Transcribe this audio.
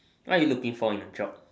what you looking for in a job